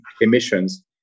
emissions